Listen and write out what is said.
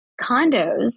condos